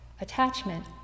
Attachment